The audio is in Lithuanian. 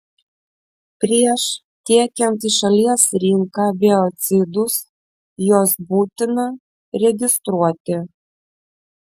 prieš tiekiant į šalies rinką biocidus juos būtina registruoti